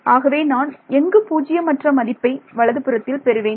ஆகவே நான் எங்கு பூஜ்ஜியம் அற்ற மதிப்பை வலதுபுறத்தில் பெறுவேன்